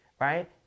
right